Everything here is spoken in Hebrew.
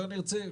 יותר נרצה,